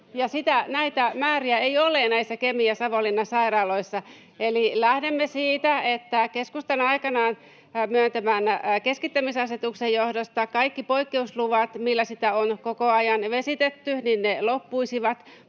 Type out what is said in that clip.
näitä määriä ei ole näissä Kemin ja Savonlinnan sairaaloissa. Eli lähdemme siitä, että keskustan aikanaan myöntämän keskittämisasetuksen johdosta kaikki poikkeusluvat, millä sitä on koko ajan vesitetty, loppuisivat,